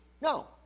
No